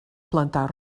plantar